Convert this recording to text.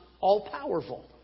all-powerful